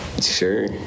sure